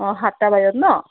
অঁ সাতটা বজাত ন